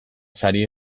sari